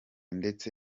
ndetse